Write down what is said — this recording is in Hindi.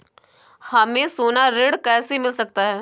हमें सोना ऋण कैसे मिल सकता है?